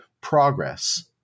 progress